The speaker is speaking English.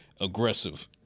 aggressive